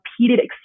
repeated